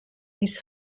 his